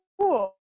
cool